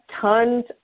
tons